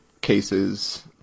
cases